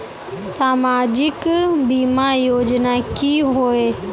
सामाजिक बीमा योजना की होय?